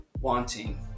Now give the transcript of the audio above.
wanting